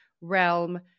realm